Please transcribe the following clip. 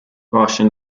russian